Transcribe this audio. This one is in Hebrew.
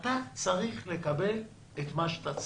אתה צריך לקבל את מה שאתה צריך.